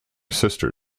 sister